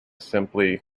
simply